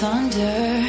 Thunder